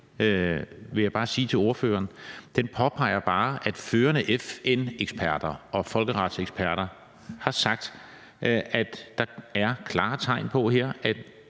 vil jeg bare sige til ordføreren. Den påpeger bare, at førende FN-eksperter og folkeretseksperter har sagt, at der er klare tegn på her, at